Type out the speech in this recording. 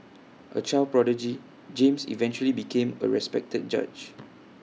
A child prodigy James eventually became A respected judge